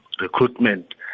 recruitment